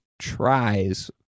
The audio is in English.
tries